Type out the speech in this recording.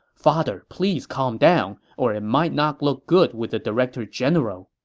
father, please calm down, or it might not look good with the director general.